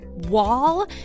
wall